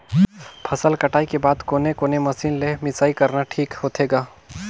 फसल कटाई के बाद कोने कोने मशीन ले मिसाई करना ठीक होथे ग?